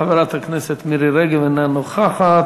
חברת הכנסת מירי רגב, אינה נוכחת.